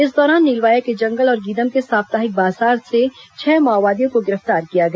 इस दौरान नीलवाया के जंगल और गीदम के साप्ताहिक बाजार से छह माओवादियों को गिरफ्तार किया गया